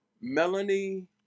Melanie